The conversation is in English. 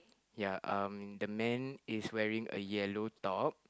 ya um the man is wearing a yellow top